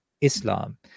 Islam